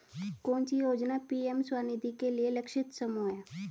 कौन सी योजना पी.एम स्वानिधि के लिए लक्षित समूह है?